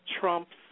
trumps